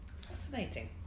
Fascinating